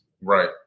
Right